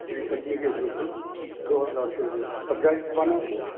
ایک آدمی کے جو ہے دو ہزار روپیے ہوتے ہے کب جائیں کب آنا ہے آپ کو